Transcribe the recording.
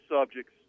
subjects